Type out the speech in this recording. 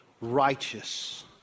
righteous